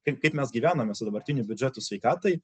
kaip kaip mes gyvename su dabartiniu biudžetu sveikatai